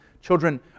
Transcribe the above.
Children